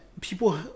people